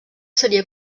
seria